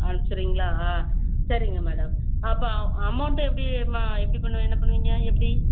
அனுப்பிச்சிறீங்களா சரிங்க மேடம் அப்போ அமௌண்ட்டு எப்படி மா எப்படி பண்ணுவ என்ன பண்ணுவிங்க எப்படி